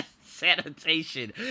Sanitation